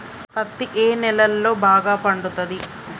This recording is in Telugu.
పత్తి ఏ నేలల్లో బాగా పండుతది?